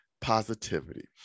positivity